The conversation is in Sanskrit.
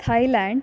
तैलाण्ड्